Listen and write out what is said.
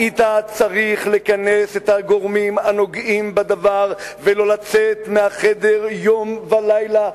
היית צריך לכנס את הגורמים הנוגעים בדבר ולא לצאת מהחדר יום ולילה,